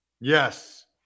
Yes